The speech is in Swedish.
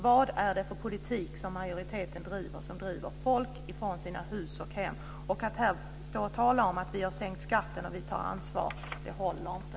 Vad är det för politik som majoriteten för som driver folk från hus och hem? Att stå här och tala om att ni har sänkt skatten och att ni tar ansvar håller inte.